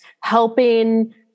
helping